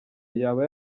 yaba